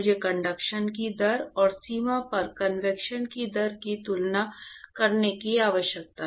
मुझे कंडक्शन की दर और सीमा पर कन्वेक्शन की दर की तुलना करने की आवश्यकता है